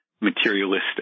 materialistic